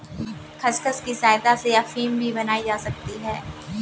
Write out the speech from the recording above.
खसखस की सहायता से अफीम भी बनाई जा सकती है